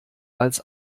als